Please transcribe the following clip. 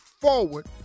forward